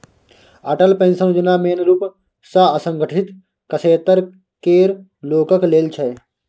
Atal pension योजना मेन रुप सँ असंगठित क्षेत्र केर लोकक लेल छै